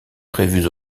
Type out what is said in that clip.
prévus